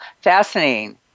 fascinating